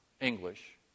English